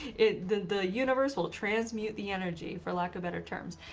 it, the the universe, will transmute the energy, for lack of better terms.